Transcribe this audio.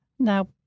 Now